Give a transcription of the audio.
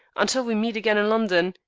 until we meet again in london,